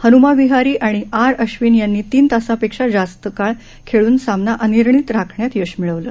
हन्मा विहारी आणि आर आश्विन यांनी तीन तासापेक्षा जास्त काळ खेळून सामना अनिर्णित राखण्यात यश मिळवला